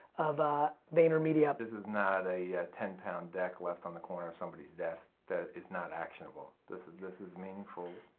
of ah vaynermedia. this is not a ten pound deck left on the corner of somebody's desk that is not actionable. this this is meaningful,